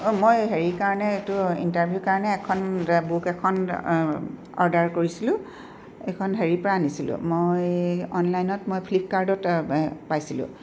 অঁ মই হেৰিৰ কাৰণে এইটো ইণ্টাৰভিউৰ কাৰণে এখন বুক এখন অৰ্ডাৰ কৰিছিলোঁ এইখন হেৰিৰ পৰা আনিছিলোঁ মই অনলাইনত মই ফ্লিপকাৰ্টত পাইছিলোঁ